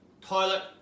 toilet